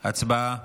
הצבעה.